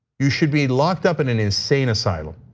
you should be locked up in an insane asylum,